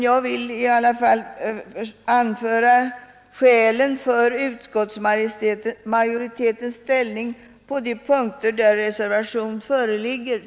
Jag vill i alla fall anföra skälen för utskottsmajoritetens ställning på de punkter där reservation föreligger.